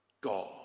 God